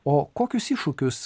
o kokius iššūkius